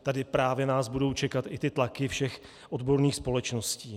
Tady právě nás budou čekat i tlaky všech odborných společností.